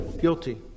guilty